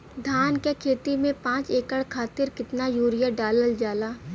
धान क खेती में पांच एकड़ खातिर कितना यूरिया डालल जाला?